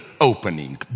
opening